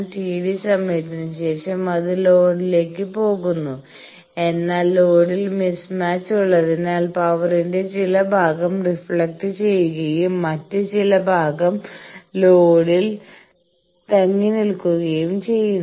Td സമയത്തിന് ശേഷം അത് ലോഡിലേക്ക് പോകുന്നു എന്നാൽ ലോഡിൽ മിസ്മാച്ച് ഉള്ളതിനാൽ പവറിന്റെ ചില ഭാഗം റിഫ്ലക്ട് ചെയ്യുകയും മറ്റ് ചില ഭാഗം ലോഡിൽ തങ്ങിനിൽക്കുകയും ചെയ്യുന്നു